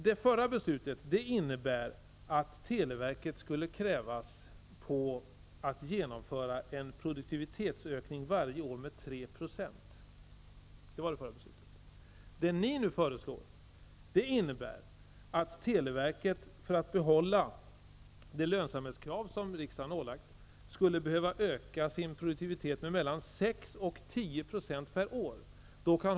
Det förra beslutet innebär att televerket skulle krävas på att varje år åstadkomma en produktivitetsökning med 3 %. Det ni nu föreslår innebär att televerket, för att klara det lönsamhetskrav som riksdagen ålagt verket, skulle behöva öka sin produktivitet med 6-10 % per år.